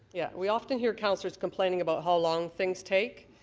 yeah we often here councillors complaining about how long things take.